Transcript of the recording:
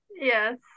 Yes